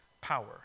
power